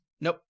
nope